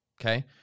okay